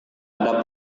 ada